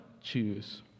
choose